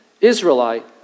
Israelite